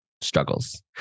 struggles